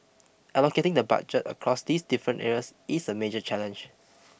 allocating the budget across these different areas is a major challenge